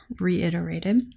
reiterated